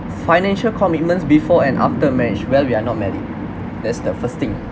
financial commitments before and after marriage well we are not married that's the first thing